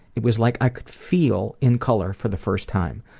it was like i could feel in color for the first time.